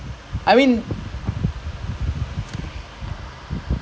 or like sanjeev like that பேசிட்டே இருப்பாருல:pesittae iruppaarula like damn fast like that